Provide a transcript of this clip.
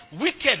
wicked